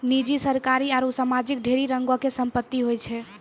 निजी, सरकारी आरु समाजिक ढेरी रंगो के संपत्ति होय छै